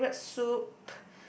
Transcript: my favourite soup